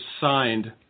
signed